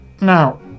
Now